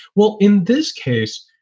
well, in this case,